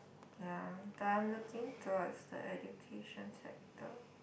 ya but I'm looking towards the education sector